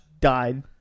died